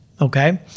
Okay